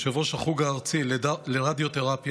ראש החוג הארצי לרדיותרפיה,